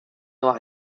noir